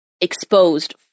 exposed